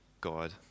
God